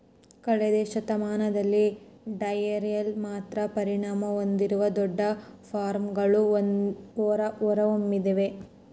ಕಳೆದ ಶತಮಾನದಲ್ಲಿ ಡೈರಿಯಲ್ಲಿ ಮಾತ್ರ ಪರಿಣತಿ ಹೊಂದಿರುವ ದೊಡ್ಡ ಫಾರ್ಮ್ಗಳು ಹೊರಹೊಮ್ಮಿವೆ